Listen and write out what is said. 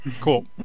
Cool